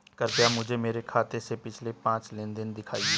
कृपया मुझे मेरे खाते से पिछले पांच लेनदेन दिखाएं